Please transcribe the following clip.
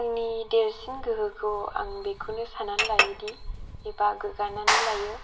आंनि देरसिन गोहोखौ आं बिखौनो साननानै लायो दि एबा गोगानानै लायो